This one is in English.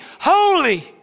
holy